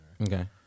Okay